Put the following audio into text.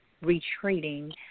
retreating